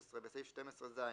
(16)בסעיף 12ז,